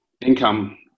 income